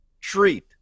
treat